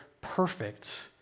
perfect